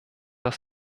das